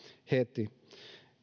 heti